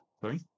Sorry